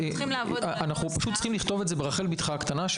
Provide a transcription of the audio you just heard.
אנחנו צריכים לכתוב את זה ברחל בתך הקטנה,